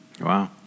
Wow